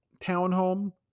townhome